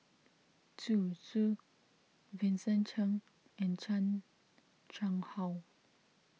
Zhu Zu Vincent Cheng and Chan Chang How